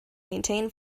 maintain